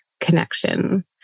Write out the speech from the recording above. connection